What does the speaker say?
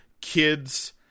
kids